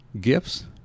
gifts